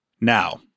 Now